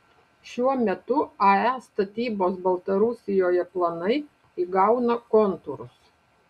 šiuo metu ae statybos baltarusijoje planai įgauna kontūrus